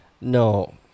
No